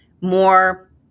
more